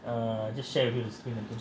err just share